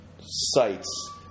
sites